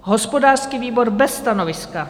Hospodářský výbor: bez stanoviska.